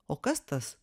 o kas tas